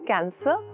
Cancer